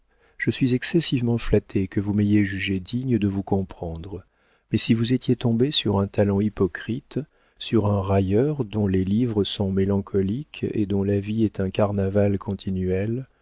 je suis excessivement flatté que vous m'ayez jugé digne de vous comprendre mais si vous étiez tombée sur un talent hypocrite sur un railleur dont les livres sont mélancoliques et dont la vie est un carnaval continuel